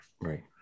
right